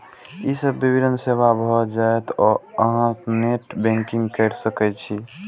ई सब विवरण सेव भए जायत आ अहां नेट बैंकिंग कैर सकै छी